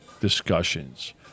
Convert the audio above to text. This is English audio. discussions